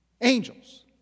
Angels